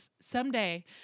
someday